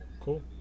Cool